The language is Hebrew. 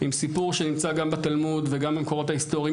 עם סיפור שנמצא גם בתלמוד וגם במקורות ההיסטוריים.